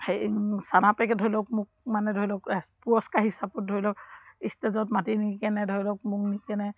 সেই চানা পেকেট ধৰি লওক মোক মানে ধৰি লওক পুৰস্কাৰ হিচাপত ধৰি লওক ষ্টেজত মাতি নিকিনে ধৰি লওক মোক নিকেনে